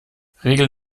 regel